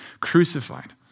crucified